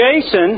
Jason